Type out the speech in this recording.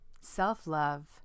self-love